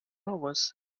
was